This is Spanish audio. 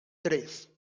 tres